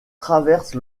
traverse